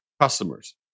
customers